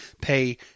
pay